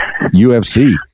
UFC